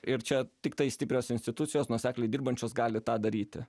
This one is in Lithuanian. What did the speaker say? ir čia tiktai stiprios institucijos nuosekliai dirbančios gali tą daryti